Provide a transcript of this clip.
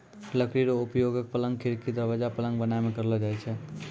लकड़ी रो उपयोगक, पलंग, खिड़की, दरबाजा, पलंग बनाय मे करलो जाय छै